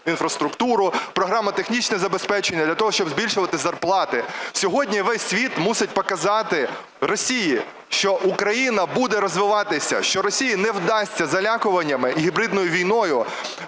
інфраструктуру, програми технічного забезпечення, для того, щоб збільшувати зарплати. Сьогодні весь світ мусить показати Росії, що Україна буде розвиватися, що Росії не вдасться залякуваннями, гібридною війною